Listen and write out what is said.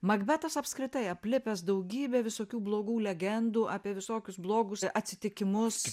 makbetas apskritai aplipęs daugybe visokių blogų legendų apie visokius blogus atsitikimus